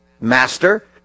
Master